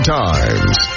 times